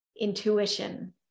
intuition